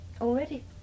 already